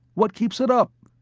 what keeps it up?